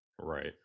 Right